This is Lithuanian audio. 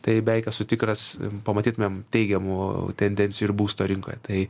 tai beveik esu tikras pamatytumėm teigiamų tendencijų ir būsto rinkoje tai